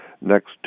next